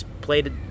played